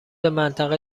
منطقه